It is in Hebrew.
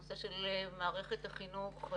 נושא של מערכת החינוך,